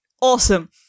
Awesome